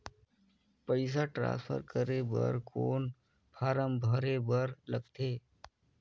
पईसा ट्रांसफर करे बर कौन फारम भरे बर लगथे?